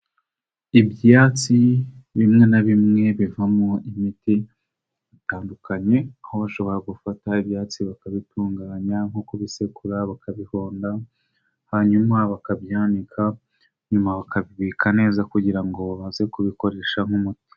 Ibyatsi bimwe na bimwe bivamo imiti itandukanye, aho bashobora gufata ibyatsi bakabitunganya nko kubisekura, bakabihonda, hanyuma bakabyanika, nyuma bakabibika neza kugira ngo baze kubikoresha nk'umuti.